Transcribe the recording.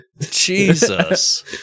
Jesus